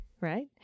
Right